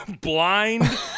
blind